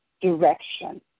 direction